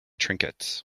trinkets